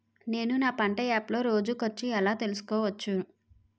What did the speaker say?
నేను నా పంట యాప్ లో రోజు ఖర్చు ఎలా తెల్సుకోవచ్చు?